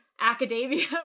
Academia